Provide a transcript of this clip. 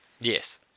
Yes